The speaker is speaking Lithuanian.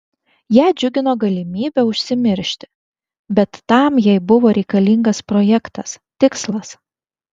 ją džiugino galimybė užsimiršti bet tam jai buvo reikalingas projektas tikslas